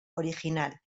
original